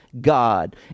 God